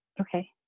Okay